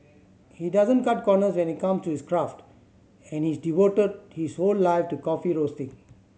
he doesn't cut corners when it come to his craft and he's devoted his whole life to coffee roasting